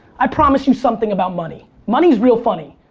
i promise you something about money. money's real funny.